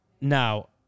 now